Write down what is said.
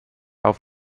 auf